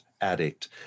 addict